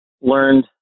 learned